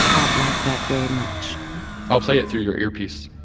i'd like that very much i'll play it through your earpiece.